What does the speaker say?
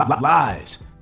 lives